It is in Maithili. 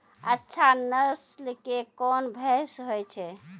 अच्छा नस्ल के कोन भैंस होय छै?